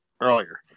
earlier